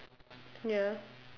ya